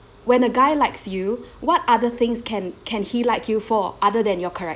when a guy likes you what other things can can he like you for other than your character